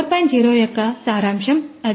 0 యొక్క సారాంశం అది